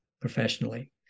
Professionally